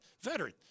Veteran